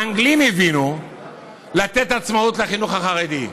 האנגלים הבינו לתת עצמאות לחינוך החרדי.